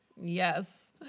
yes